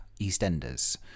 EastEnders